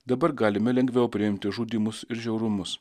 dabar galime lengviau priimti žudymus ir žiaurumus